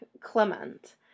Clement